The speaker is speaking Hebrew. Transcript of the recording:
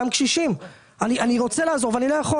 אני עם דמעות אגיד לאותם קשישים: "אני רוצה לעזור אבל לא יכול".